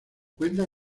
cuentan